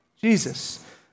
Jesus